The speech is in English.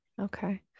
Okay